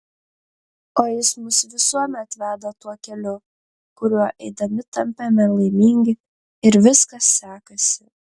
o jis mus visuomet veda tuo keliu kuriuo eidami tampame laimingi ir viskas sekasi